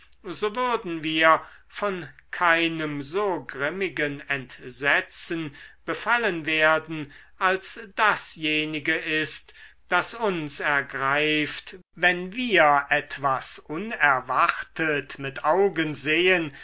so würden wir von keinem so grimmigen entsetzen befallen werden als dasjenige ist das uns ergreift wenn wir etwas unerwartet mit augen sehen